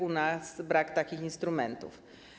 U nas brakuje takich instrumentów.